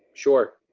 sure.